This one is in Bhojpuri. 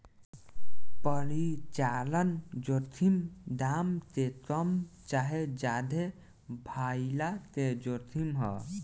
परिचालन जोखिम दाम के कम चाहे ज्यादे भाइला के जोखिम ह